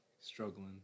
Struggling